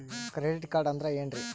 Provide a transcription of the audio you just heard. Credit card ಅಂದ್ರ ಏನ್ರೀ?